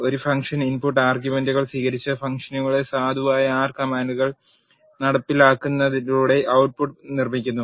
ഒരു function input ആർഗ്യുമെന്റുകൾ സ്വീകരിച്ച് ഫംഗ്ഷനുള്ളിലെ സാധുവായ ആർ കമാൻഡുകൾ നടപ്പിലാക്കുന്നതിലൂടെ ഔട്ട്പുട്ട്നിർമ്മിക്കുന്നു